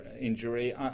injury